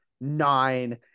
nine